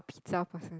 pizza person